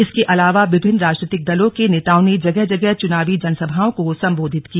इसके अलावा विभिन्न राजनीतिक दलों के नेताओं ने जगह जगह चुनावी जनसभाओं को संबोधित किया